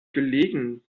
gelegen